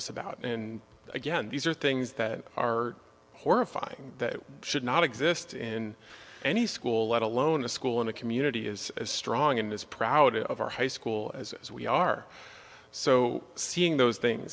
us about and again these are things that are horrifying that should not exist in any school let alone a school and a community is as strong and as proud of our high school as we are so seeing those things